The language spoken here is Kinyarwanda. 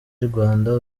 rwanda